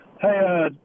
Hey